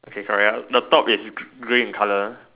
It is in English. okay correct the top is grey in colour